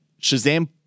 Shazam